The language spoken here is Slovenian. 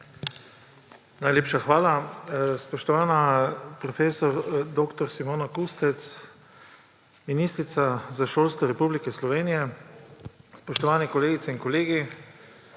Najlepša hvala. Spoštovana profesorica dr. Simona Kustec, ministrica za šolstvo Republike Slovenije, spoštovani kolegice in kolegi!